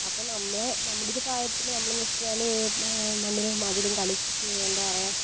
അപ്പം നമ്മള് നമ്മടൊരു പ്രായത്തില് നമ്മള് എന്ന് വെച്ചാല് മണ്ണിലും അതിലും കളിച്ച് എന്താ പറയുക